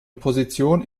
position